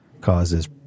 causes